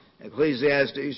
Ecclesiastes